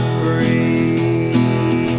free